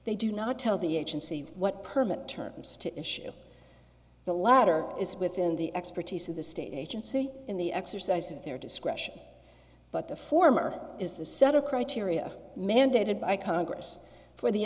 they do not tell the agency what permit terms to issue the latter is within the expertise of the state agency in the exercise of their discretion but the former is the set of criteria mandated by congress for the